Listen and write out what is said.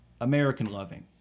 American-loving